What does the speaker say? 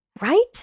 right